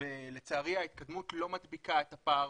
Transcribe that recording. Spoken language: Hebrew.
ולצערי ההתקדמות לא מדביקה את הפער